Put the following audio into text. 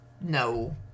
No